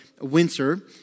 winter